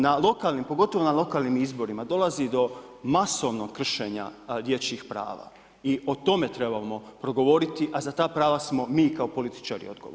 Na lokalnim, pogotovo na lokalnim izborima dolazi do masovnog kršenja dječjih prava i o tome trebamo progovoriti, a za ta prava smo mi kao političari odgovorni.